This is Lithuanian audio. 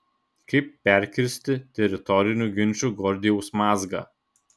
kaip perkirsti teritorinių ginčų gordijaus mazgą